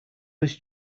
was